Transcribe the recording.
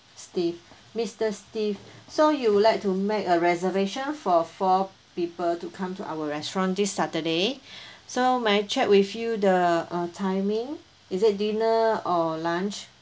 steve mister steve so you would like to make a reservation for four people to come to our restaurant this saturday so may I check with you the uh timing is it dinner or lunch